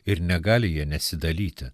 ir negali ja nesidalyti